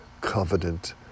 covenant